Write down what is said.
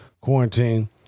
quarantine